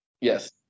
Yes